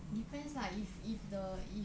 depends lah if if the if